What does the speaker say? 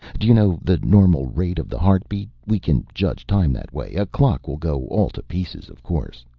do you know the normal rate of the heart-beat? we can judge time that way. a clock will go all to pieces, of course.